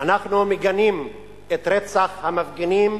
אנחנו מגנים את רצח המפגינים